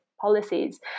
Policies